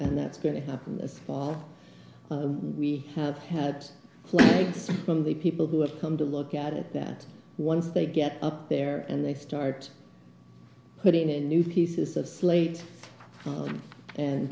and that's going to happen this fall we have had flights from the people who have come to look at it that once they get up there and they start putting in new pieces of slate and